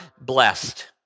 blessed